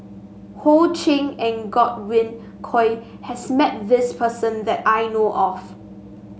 Ho Ching and Godwin Koay has met this person that I know of